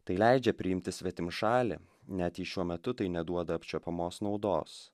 tai leidžia priimti svetimšalį net jei šiuo metu tai neduoda apčiuopiamos naudos